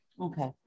Okay